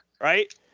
Right